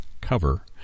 Cover